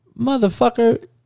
Motherfucker